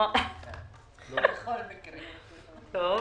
בוקר טוב,